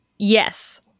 Yes